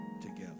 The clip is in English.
together